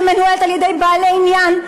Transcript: שמנוהלת על-ידי בעלי עניין,